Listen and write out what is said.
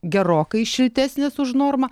gerokai šiltesnės už normą